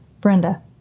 Brenda